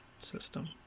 system